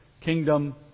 kingdom